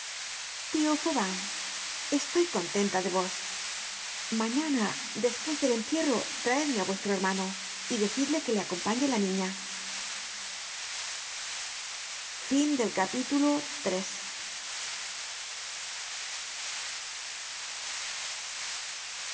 tío fauvent estoy contenta de vos mañana despues del entierro traedme á vuestro hermano y decidle que le acompañe la niña content from